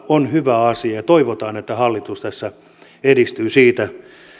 on hyvä asia ja toivotaan että hallitus tässä edistyy